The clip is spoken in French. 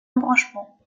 embranchement